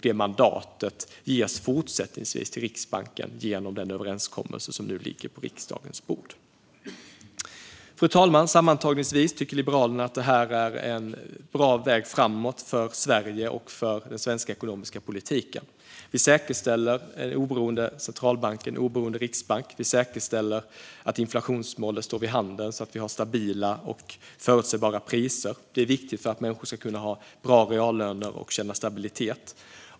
Det mandatet ges fortsättningsvis till Riksbanken genom den överenskommelse som nu ligger på riksdagens bord. Fru talman! Sammanfattningsvis tycker Liberalerna att det här är en bra väg framåt för Sverige och för den svenska ekonomiska politiken. Vi säkerställer en oberoende centralbank, en oberoende riksbank. Vi säkerställer att inflationsmålet står vid handen, så att vi har stabila och förutsägbara priser. Det är viktigt att människor ska kunna ha bra reallöner och känna stabilitet.